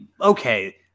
okay